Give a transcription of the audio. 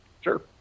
Sure